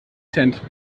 cent